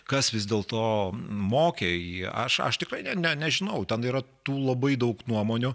kas vis dėlto mokė jį aš aš tikrai ne ne nežinau ten yra tų labai daug nuomonių